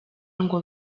ngo